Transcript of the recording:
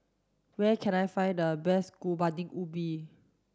where can I find the best Kuih Bingka Ubi